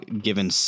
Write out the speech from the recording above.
given